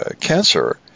cancer